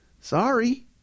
Sorry